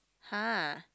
!huh!